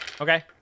Okay